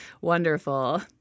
Wonderful